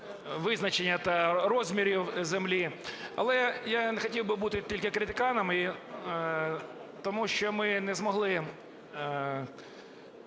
визначення та розмірів землі. Але я не хотів би бути тільки критиканом, тому що ми не змогли